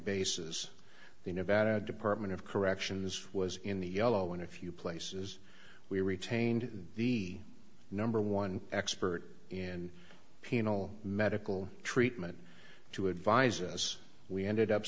basis the nevada department of corrections was in the yellow in a few places we retained the number one expert in penal medical treatment to advise us we ended up